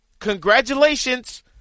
congratulations